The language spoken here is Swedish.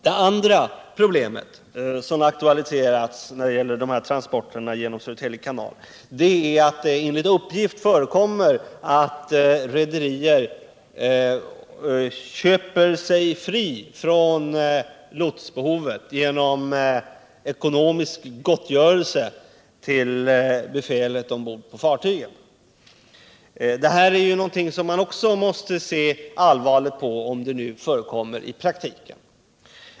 Ett annat problem som aktualiserats när det gäller dessa transporter genom Södertälje kanal är att det enligt uppgift förekommer att rederier köper sig fria från lotsbehovet genom ekonomisk gottgörelse till befälet ombord på fartygen. Också detta är ju någonting som man måste se synnerligen allvarligt på, om det förekommer i praktiken.